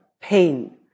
pain